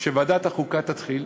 שוועדת החוקה תתחיל.